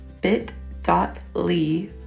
bit.ly